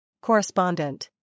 Correspondent